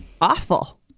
Awful